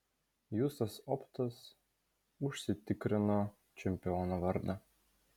justas optas užsitikrino čempiono vardą